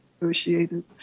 negotiated